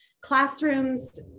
classrooms